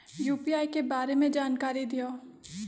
UPI के बारे में जानकारी दियौ?